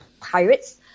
pirates